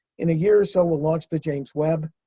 in a year or so, we'll launch the james webb.